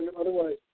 otherwise